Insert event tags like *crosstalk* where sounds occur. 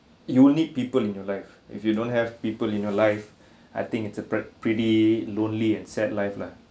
you'll need people in your life if you don't have people in your life *breath* I think it's a pret~ pretty lonely and sad life lah